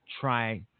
try